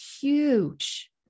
huge